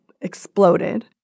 exploded